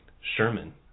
Sherman